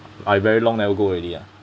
I very long never go already ah